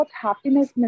happiness